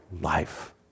life